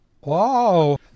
Wow